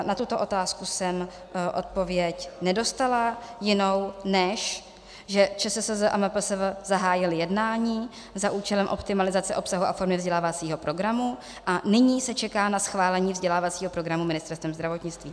Na tuto otázku jsem odpověď nedostala jinou, než že ČSSZ a MPSV zahájily jednání za účelem optimalizace obsahu a formy vzdělávacího programu a nyní se čeká na schválení vzdělávacího programu Ministerstvem zdravotnictví.